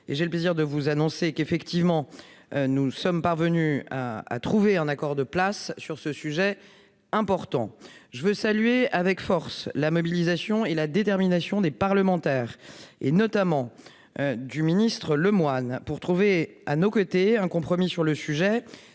et j'ai le plaisir de vous annoncer que nous sommes parvenus à un « accord de place » sur ce sujet important. Je tiens à saluer la mobilisation et la détermination des parlementaires, et notamment de M. Lemoyne, pour trouver, à nos côtés, un compromis sur le sujet.